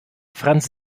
franz